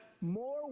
more